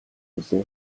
билээ